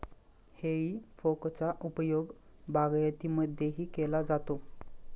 हेई फोकचा उपयोग बागायतीमध्येही केला जातो